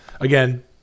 again